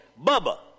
Bubba